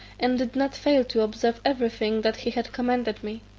and did not fail to observe everything that he had commanded me.